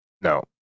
No